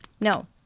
No